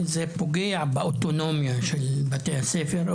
זה פוגע באוטונומיה של בתי הספר,